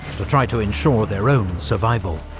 to try to ensure their own survival.